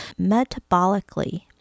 metabolically